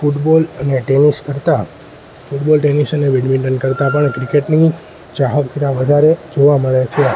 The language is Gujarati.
ફૂટબોલ અને ટેનિસ કરતાં ફૂટબોલ ટેનિસ અને બેડમિન્ટન કરતાં પણ ક્રિકેટની ચાહકતા વધારે જોવા મળે છે